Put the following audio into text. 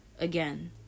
again